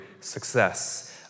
success